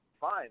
fine